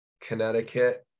Connecticut